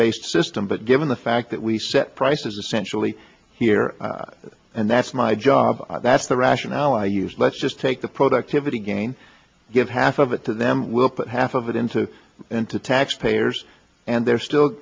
based system but given the fact that we set prices essentially here and that's my job that's the rationale i use let's just take the productivity gains give half of it to them we'll put half of it into the into tax payers and they're still